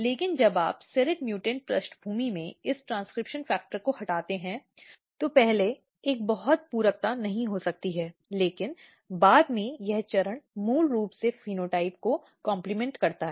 लेकिन जब आप सीरेट म्यूटेंट पृष्ठभूमि में इस ट्रांसक्रिप्शन फैक्टर को हटाते हैं तो पहले एक बहुत पूरकता नहीं हो सकती है लेकिन बाद में यह चरण मूल रूप से फेनोटाइप की प्रशंसा करता है